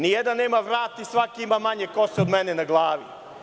Ni jedan nema vrat i svaki ima manje kose od mene na glavi.